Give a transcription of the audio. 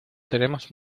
tenemos